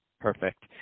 perfect